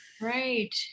Right